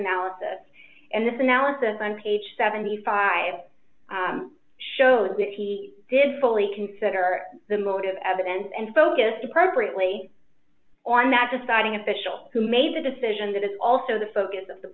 analysis and this analysis on page seventy five dollars showed that he did fully consider the motive evidence and focused appropriately on that deciding official who made the decision that is also the focus of the